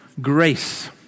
grace